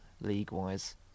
league-wise